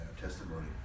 testimony